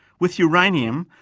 with uranium,